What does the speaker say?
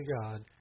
God